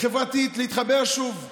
חברתית להתחבר שוב.